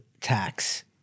tax